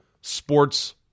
sports